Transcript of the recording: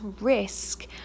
risk